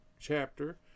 chapter